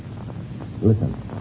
Listen